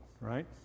right